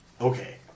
Okay